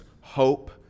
hope